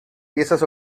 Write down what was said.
piezas